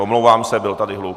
Omlouvám se, byl tady hluk.